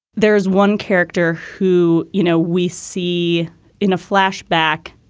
there is one character who, you know, we see in a flashback,